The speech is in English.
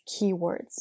keywords